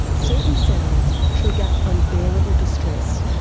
certain sounds trigger unbearable distress.